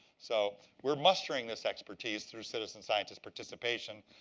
so we're mustering this expertise through citizen scientist participation,